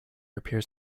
appears